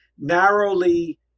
narrowly